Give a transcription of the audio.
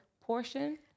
portion